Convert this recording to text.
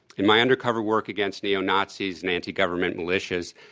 in my undercover work against neo-nazis and anti-government militias,